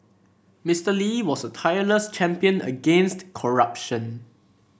Mister Lee was a tireless champion against corruption